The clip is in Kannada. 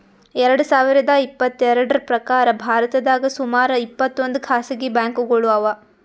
ಎರಡ ಸಾವಿರದ್ ಇಪ್ಪತ್ತೆರಡ್ರ್ ಪ್ರಕಾರ್ ಭಾರತದಾಗ್ ಸುಮಾರ್ ಇಪ್ಪತ್ತೊಂದ್ ಖಾಸಗಿ ಬ್ಯಾಂಕ್ಗೋಳು ಅವಾ